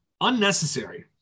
unnecessary